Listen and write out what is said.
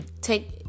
Take